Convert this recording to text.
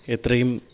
എത്രയും